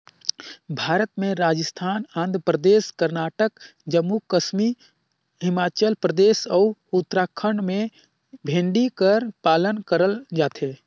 भारत में राजिस्थान, आंध्र परदेस, करनाटक, जम्मू कस्मी हिमाचल परदेस, अउ उत्तराखंड में भेड़ी कर पालन करल जाथे